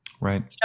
Right